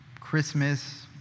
Christmas